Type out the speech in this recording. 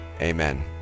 amen